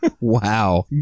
Wow